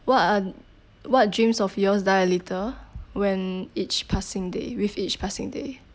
what are what dreams of yours die a little when each passing day with each passing day